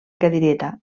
cadireta